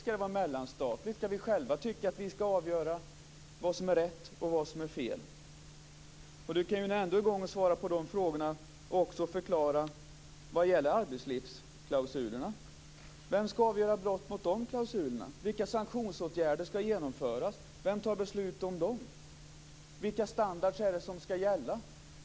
Skall det vara mellanstatligt? Skall vi själva avgöra vad som är rätt och vad som är fel? Berndt Ekholm kan när han ändå är i gång svara på de frågorna och också förklara vad som gäller för arbetslivsklausulerna. Vem skall avgöra brott mot klausulerna? Vilka sanktionsåtgärder skall genomföras? Vem tar beslut om dem? Vilka standarder skall gälla?